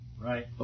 Right